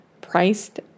priced